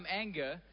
anger